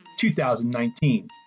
2019